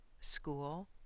school